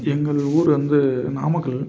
எங்கள் ஊர் வந்து நாமக்கல்